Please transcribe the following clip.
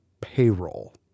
payroll